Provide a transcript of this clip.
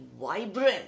vibrant